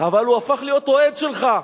אבל הוא הפך להיות אוהד שלך.